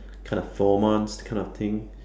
kind of four months kind of thing